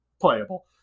playable